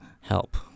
help